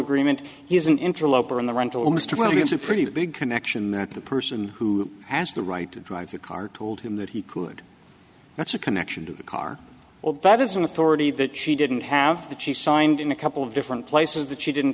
agreement he's an interloper in the rental almost well that's a pretty big connection that the person who has the right to drive the car told him that he could that's a connection to the car that is an authority that she didn't have that she signed in a couple of different places that she didn't